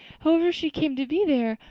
however she came to be there.